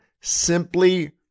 simply